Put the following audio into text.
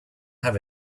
have